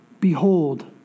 behold